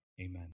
Amen